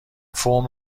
فرم